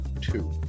two